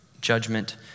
judgment